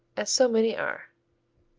as so many are.